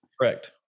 correct